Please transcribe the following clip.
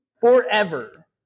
forever